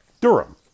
Durham